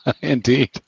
Indeed